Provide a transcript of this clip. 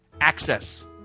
access